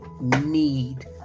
need